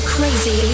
Crazy